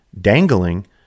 Dangling